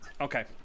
Okay